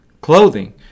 clothing